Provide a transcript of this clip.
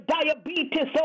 diabetes